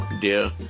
dear